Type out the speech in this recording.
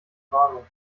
warnung